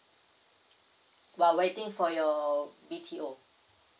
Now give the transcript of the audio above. while waiting for your B_T_O